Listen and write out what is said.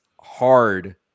hard